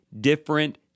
different